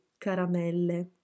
caramelle